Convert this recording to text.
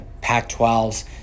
Pac-12's